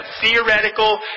theoretical